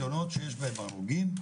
בתאונות שיש בהם הרוגים,